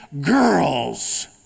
girls